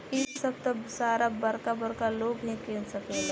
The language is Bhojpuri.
इ सभ त सारा बरका बरका लोग ही किन सकेलन